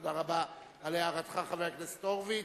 תודה רבה על הערתך, חבר הכנסת הורוביץ.